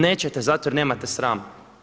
Nećete zato jer nemate srama.